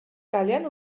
kalean